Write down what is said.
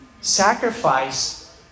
sacrifice